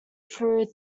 through